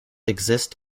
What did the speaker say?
exist